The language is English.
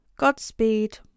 Godspeed